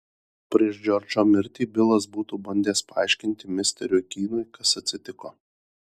prieš džordžo mirtį bilas būtų bandęs paaiškinti misteriui kynui kas atsitiko